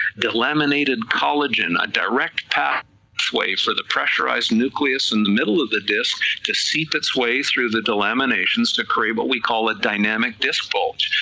delaminated collagen, a direct pathway pathway for the pressurized nucleus in the middle of the disc to seep its way through the delaminations to create what we call a dynamic disc bulge,